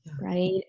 Right